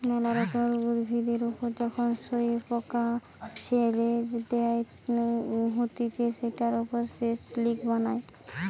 মেলা রকমের উভিদের ওপর যখন শুয়োপোকাকে ছেড়ে দেওয়া হতিছে সেটার ওপর সে সিল্ক বানায়